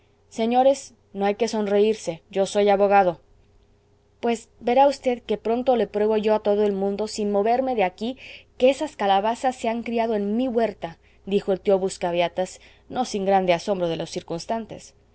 señores no hay que sonreírse yo soy abogado pues verá v qué pronto le pruebo yo a todo el mundo sin moverme de aquí que esas calabazas se han criado en mi huerta dijo el tío buscabeatas no sin grande asombro de los